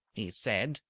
he said.